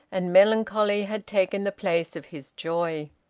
and melancholy had taken the place of his joy.